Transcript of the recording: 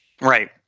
Right